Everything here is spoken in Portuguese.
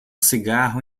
cigarro